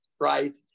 right